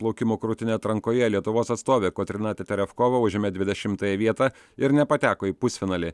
plaukimo krūtine atrankoje lietuvos atstovė kotryna teterevkova užėmė dvidešimtąją vietą ir nepateko į pusfinalį